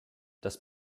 das